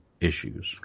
issues